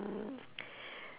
hmm